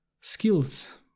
skills